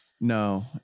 no